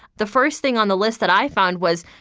the first thing on the list that i found was,